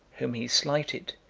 whom he slighted,